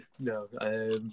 No